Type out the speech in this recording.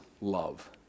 love